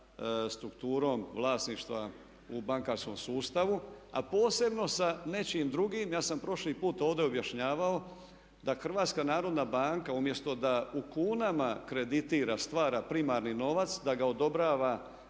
strukturom vlasništva u bankarskom sustavu a posebno sa nečim drugim. Ja sam prošli put ovdje objašnjavao da HNB umjesto da u kunama kreditira, stvara primarni novac da ga odobrava